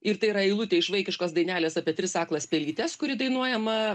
ir tai yra eilutė iš vaikiškos dainelės apie tris aklas pelytes kuri dainuojama